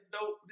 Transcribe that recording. dope